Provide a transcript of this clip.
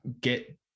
get